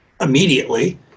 immediately